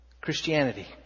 Christianity